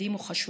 עדים או חשודים,